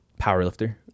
Powerlifter